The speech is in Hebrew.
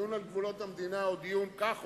הדיון על גבולות המדינה הוא דיון כך